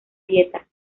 dieta